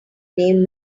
named